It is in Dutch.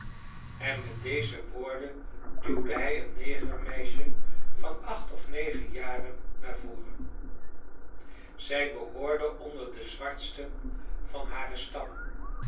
en met deze woorden duwde hij een negermeisje van acht of negen jaren naar voren zij behoorde onder de zwartsten van haren stam